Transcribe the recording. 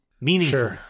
Meaningful